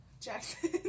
Jackson